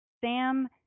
Sam